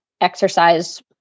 exercise